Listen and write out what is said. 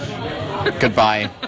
Goodbye